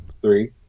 Three